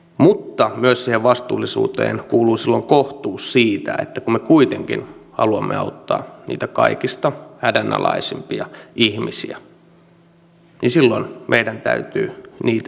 mutta myös siihen vastuullisuuteen kuuluu silloin kohtuus eli kun me kuitenkin haluamme auttaa niitä kaikista hädänalaisimpia ihmisiä niin silloin meidän täytyy heitä auttaa